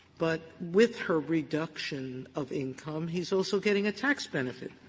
but with her reduction of income, he's also getting a tax benefit.